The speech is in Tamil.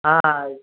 ஆ